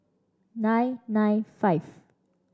nine nine five